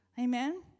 Amen